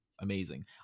amazing